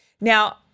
Now